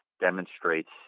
demonstrates